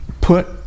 put